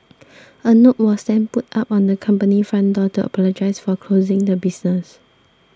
a note was then put up on the company's front door to apologise for closing the business